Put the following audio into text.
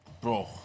bro